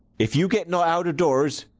if you get not out of doors,